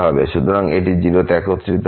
সুতরাং এটি 0 তে একত্রিত হবে